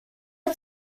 are